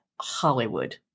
Hollywood